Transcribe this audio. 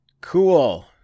Cool